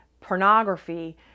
pornography